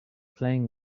playing